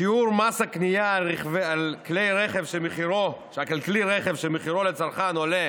שיעור מס הקנייה על כלי רכב שמחירו לצרכן עולה